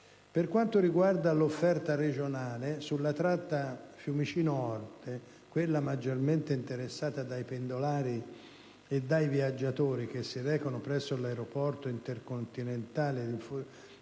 Per quanto riguarda l'offerta regionale, sulla tratta Fiumicino-Orte, quella maggiormente interessata dai pendolari e dai viaggiatori che si recano presso l'aeroporto intercontinentale di Fiumicino,